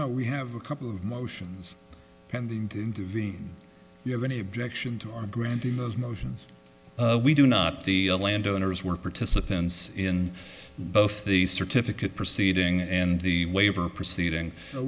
know we have a couple of motions pending to intervene you have any objection to our granting those motions we do not the landowners were participants in both the certificate proceeding and the waiver proceeding so